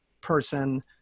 person